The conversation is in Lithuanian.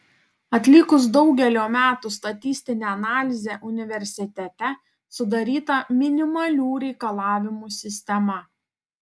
atlikus daugelio metų statistinę analizę universitete sudaryta minimalių reikalavimų sistema